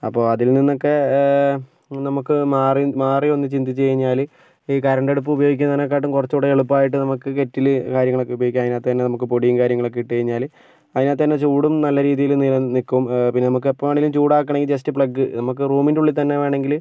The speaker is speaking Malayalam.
അപ്പോൾ അതിൽ നിന്നൊക്കെ നമുക്ക് മാറി മാറിയൊന്ന് ചിന്തിച്ചു കഴിഞ്ഞാൽ ഈ കറണ്ടടുപ്പ് ഉപയോഗിക്കുന്നതിനേക്കാളും കുറച്ചു കൂടി എളുപ്പമായിട്ട് നമുക്ക് കെറ്റിൽ കാര്യങ്ങളൊക്കെ ഉപയോഗിക്കാം അതിനകത്തു തന്നെ നമുക്ക് പൊടിയും കാര്യങ്ങളൊക്കെ ഇട്ടു കഴിഞ്ഞാൽ അതിനകത്ത് തന്നെ ചൂടും നല്ല രീതിയിൽ നില നിൽക്കും പിന്നെ നമുക്കപ്പോൾ എപ്പോൾ വേണമെങ്കിലും ചൂടാക്കണമെങ്കിൽ ജസ്റ്റ് പ്ലഗ് നമുക്ക് റൂമിൻറ്റുള്ളിൽ തന്നെ വേണമെങ്കിൽ